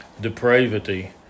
depravity